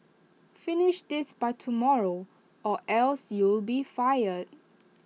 finish this by tomorrow or else you'll be fired